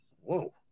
Whoa